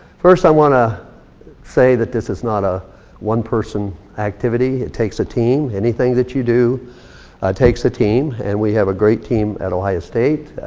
first i wanna say that this is not a one-person activity. it takes a team. anything that you do takes a team, and we have a great team at ohio state.